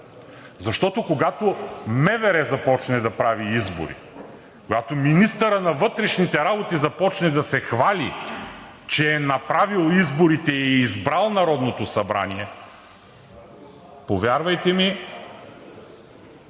Защото когато МВР започне да прави избори, когато министърът на вътрешните работи започне да се хвали, че е направил изборите и е избрал Народното събрание, повярвайте ми